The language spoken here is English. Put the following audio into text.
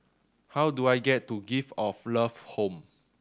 how do I get to Gift of Love Home